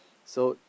so